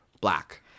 black